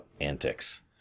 antics